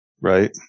Right